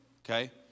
okay